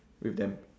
with them